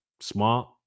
smart